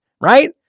right